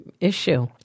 issue